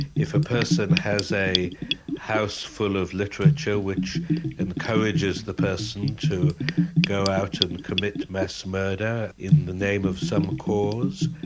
if a person has a house full of literature which encourages the person to go out and commit mass murder in the name of some cause,